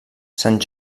sant